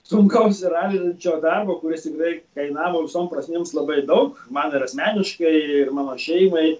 sunkaus ir alinančio darbo kuris tikrai kainavo visom prasmėm labai daug man ir asmeniškai ir mano šeimai